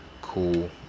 cool